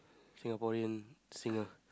Singapore singer